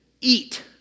Eat